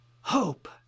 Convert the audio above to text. hope